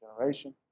generation